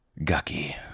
Gucky